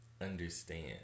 understand